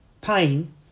pain